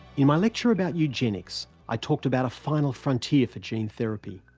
yeah my lecture about eugenics, i talked about a final frontier for gene therapy,